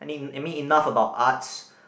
I mean I mean enough about arts